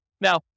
Now